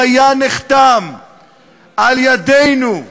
לו היה נחתם על-ידינו,